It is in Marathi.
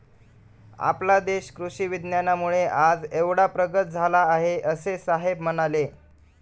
आपला देश कृषी विज्ञानामुळे आज एवढा प्रगत झाला आहे, असे साहेब म्हणाले